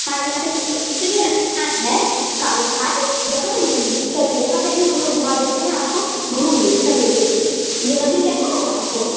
हाँ यहाँ पे काली सुनिए न यहाँ है काली घाट यहाँ पर घूमिए चलिए यहाँ पर भी हम लोग घूमा देते हैं आपको घूमिए चलिए देखिए ये मंदिर कैसा लगा आपको